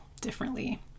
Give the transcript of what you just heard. differently